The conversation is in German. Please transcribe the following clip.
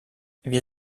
wir